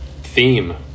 Theme